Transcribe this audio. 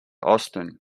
austin